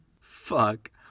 fuck